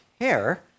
hair